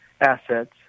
assets